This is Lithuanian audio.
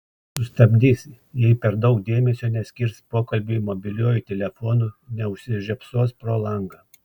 sustabdys jei per daug dėmesio neskirs pokalbiui mobiliuoju telefonu neužsižiopsos pro langą